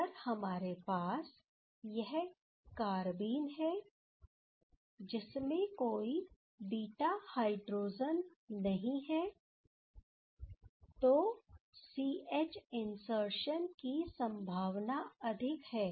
अगर हमारे पास यह कारबीन है जिसमें कोई बीटा हाइड्रोजन नहीं है तो सी एच इनसर्शन की संभावना अधिक है